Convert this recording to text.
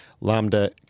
Lambda